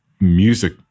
music